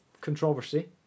controversy